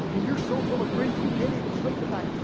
and you're so full of grief you can't even sleep at night.